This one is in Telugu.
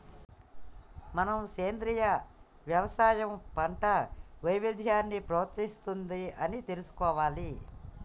మనం సెంద్రీయ యవసాయం పంట వైవిధ్యాన్ని ప్రోత్సహిస్తుంది అని తెలుసుకోవాలి